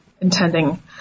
intending